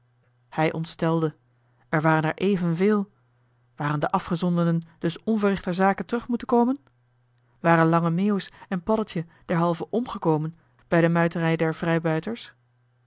hij ontstelde er waren er evenveel waren de afgezondenen dus onverrichter zake terug moeten komen joh h been paddeltje de scheepsjongen van michiel de ruijter waren lange meeuwis en paddeltje derhalve omgekomen bij de muiterij der